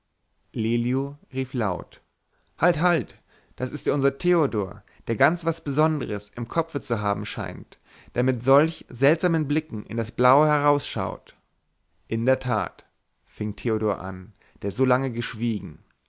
rief laut halt halt das ist ja unser theodor der ganz was besonderes im kopfe zu haben scheint da er mit solch seltsamen blicken in das blaue herausschaut in der tat fing theodor an der so lange geschwiegen